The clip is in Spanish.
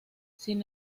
sin